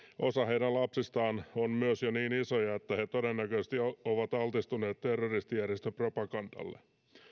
osa heidän lapsistaan on myös jo niin isoja että he todennäköisesti ovat altistuneet terroristijärjestön propagandalle